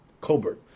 Colbert